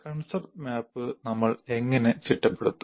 concept map നമ്മൾ എങ്ങനെ ചിട്ടപ്പെടുത്തും